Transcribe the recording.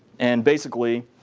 and basically